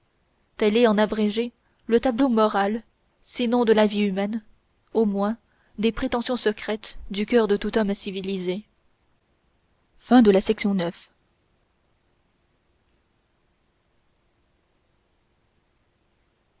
est en abrégé le tableau moral sinon de la vie humaine au moins des prétentions secrètes du cœur de tout homme civilisé